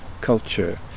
culture